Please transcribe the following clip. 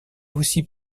aussi